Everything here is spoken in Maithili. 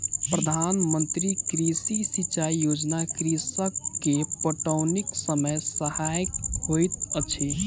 प्रधान मंत्री कृषि सिचाई योजना कृषक के पटौनीक समय सहायक होइत अछि